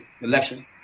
election